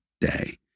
day